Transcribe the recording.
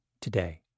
today